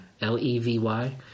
L-E-V-Y